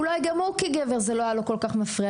אולי גם לו כגבר זה לא היה כל-כך מפריע.